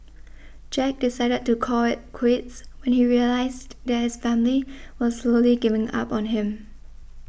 Jack decided to call it quits when he realised that his family was slowly giving up on him